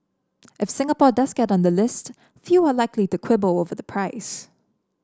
if Singapore does get on the list few are likely to quibble over the price